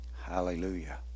Hallelujah